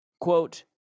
quote